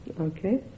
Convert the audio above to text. Okay